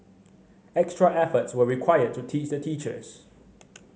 extra efforts were required to teach the teachers